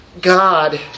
God